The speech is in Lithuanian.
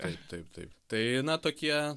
taip taip taip tai na tokie